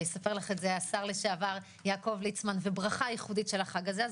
יספר לך את זה השר לשעבר יעקב ליצמן וברכה ייחודית של החג הזה.